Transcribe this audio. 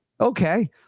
Okay